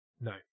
No